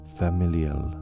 familial